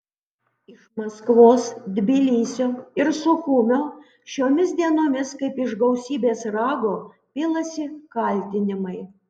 iš maskvos tbilisio ir suchumio šiomis dienomis kaip iš gausybės rago pilasi kaltinimai